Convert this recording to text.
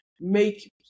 make